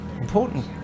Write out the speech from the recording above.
important